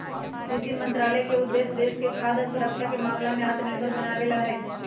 कृषि मंत्रालय के उद्देश्य देश के खाद्य सुरक्षा के मामला में आत्मनिर्भर बनावे ला हई